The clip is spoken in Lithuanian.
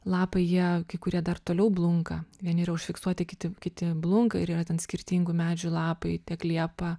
lapai jie kai kurie dar toliau blunka vieni yra užfiksuoti kiti kiti blunka ir yra ten skirtingų medžių lapai tiek liepa